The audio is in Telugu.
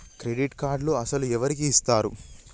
క్రెడిట్ కార్డులు అసలు ఎవరికి ఇస్తారు?